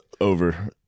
Over